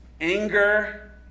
anger